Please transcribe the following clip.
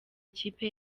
ikipe